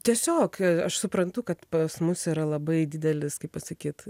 tiesiog aš suprantu kad pas mus yra labai didelis kaip pasakyt